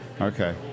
Okay